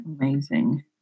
Amazing